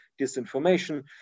disinformation